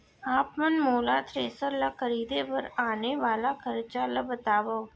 आप मन मोला थ्रेसर ल खरीदे बर आने वाला खरचा ल बतावव?